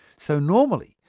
so normally,